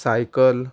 cycle